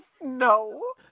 No